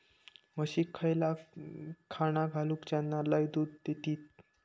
म्हशीक खयला खाणा घालू ज्याना लय दूध देतीत?